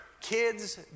Kids